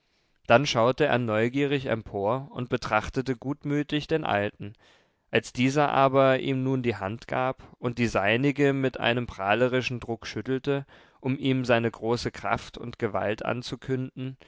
dann schaute er neugierig empor und betrachtete gutmütig den alten als dieser aber ihm nun die hand gab und die seinige mit einem prahlerischen druck schüttelte um ihm seine große kraft und gewalt anzukünden